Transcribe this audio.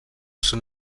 són